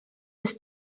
des